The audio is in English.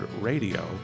RADIO